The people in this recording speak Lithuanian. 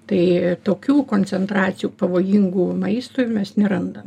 tai tokių koncentracijų pavojingų maistui mes nerandam